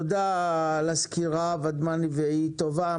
תודה על הסקירה ודמני, והיא טובה.